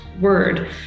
word